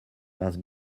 más